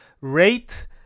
rate